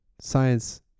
science